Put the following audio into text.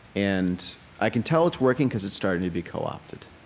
and i can tell it's working because it's starting to be co-opted.